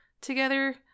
together